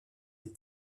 des